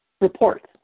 reports